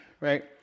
right